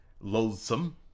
loathsome